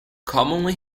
commonly